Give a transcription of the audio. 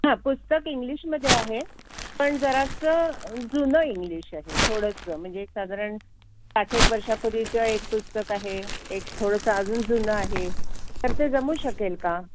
हां पुस्तक इंग्लिशमध्ये आहे पण जरासं जुनं इंग्लिश आहे थोडंसं म्हणजे साधारण साठ एक वर्षापूर्वीचं एक पुस्तक आहे एक थोडंसं अजून जुनं आहे तर ते जमू शकेल का